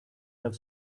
have